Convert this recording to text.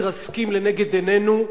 מתרסקים לנגד עינינו.